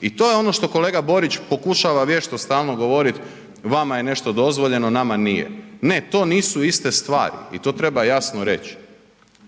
i to je ono što kolega Borić pokušava vječno stalno govorit vama je nešto dozvoljeno, nama nije. Ne, to nisu iste stvari i to treba jasno reć,